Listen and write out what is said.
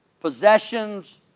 possessions